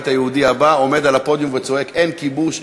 היהודי עומד על הפודיום וצועק "אין כיבוש,